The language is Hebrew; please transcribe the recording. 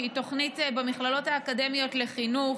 שהיא תוכנית במכללות האקדמיות לחינוך,